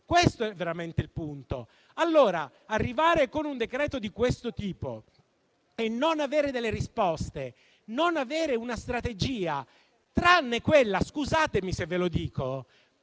Questo è veramente il punto. Arrivate con un decreto-legge di questo tipo e non avete delle risposte, non avete una strategia, tranne quella - scusatemi se ve lo dico